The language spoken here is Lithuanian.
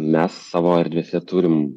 mes savo erdvėse turim